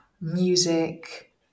music